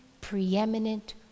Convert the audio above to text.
preeminent